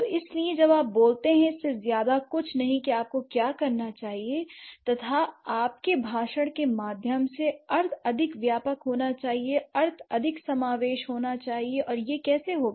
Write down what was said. तो इसीलिए जब आप बोलते हैं इससे ज्यादा कुछ नहीं कि आपको क्या करना चाहिए l तथा आपके भाषण के माध्यम से अर्थ अधिक व्यापक होना चाहिए अर्थ अधिक समावेश होना चाहिए और यह कैसे होगा